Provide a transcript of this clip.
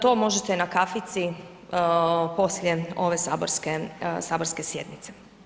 To možete na kafici poslije ove saborske sjednice.